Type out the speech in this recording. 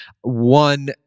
one